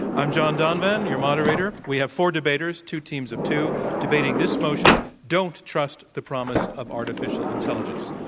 i'm john donvan, your moderator. we have four debaters two teams of two, debating this motion, don't trust the promise of artificial intelligence.